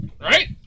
right